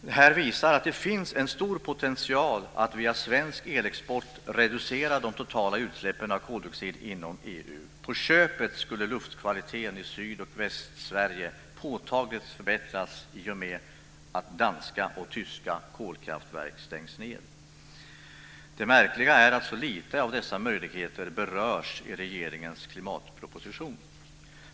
Det här visar att det finns en stor potential att via svensk elexport reducera de totala utsläppen av koldioxid inom EU. På köpet skulle luftkvaliteten i Sydoch Västsverige påtagligt förbättras i och med att danska och tyska kolkraftverk stängs ned. Det märkliga är att så lite av dessa möjligheter berörs i regeringens klimatproposition.